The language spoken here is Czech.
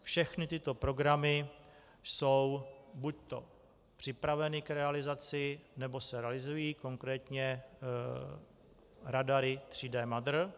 Všechny tyto programy jsou buďto připraveny k realizaci, nebo se realizují, konkrétně radary 3D MADR.